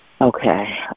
Okay